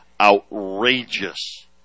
outrageous